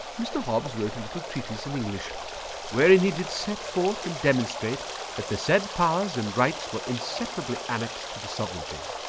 mr hobbes wrote a little treatise in english wherein he did set forth and demonstrate that the said powers and rights were inseparably annexed to the sovereignty.